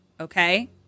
okay